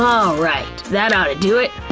um alright, that oughta do it!